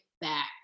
back